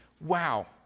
wow